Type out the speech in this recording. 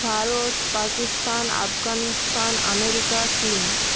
Bharat Pakistan Afghanistan America চীন